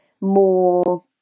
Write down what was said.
more